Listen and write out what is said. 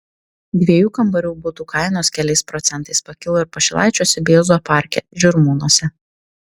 dviejų kambarių butų kainos keliais procentais pakilo ir pašilaičiuose bei ozo parke žirmūnuose